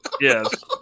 Yes